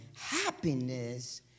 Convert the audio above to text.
happiness